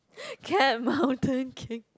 cat mountain king